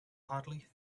hardly